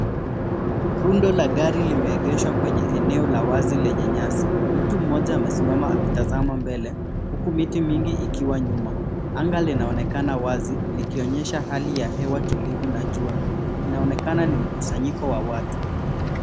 Rundo la gari limeegeshwa kwenye eno la wazi lenye nyasi. Mtu mmoja amesimama akitazama mbele huku miti mingi ikiwa nyuma. Anga linaonekana wazi likionyesha hali ya hewa tulivu na jua. Inaonekana ni mkussanyiko wa watu.